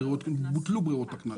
בוטלו ברירות הקנס.